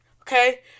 okay